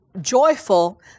joyful